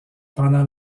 pendant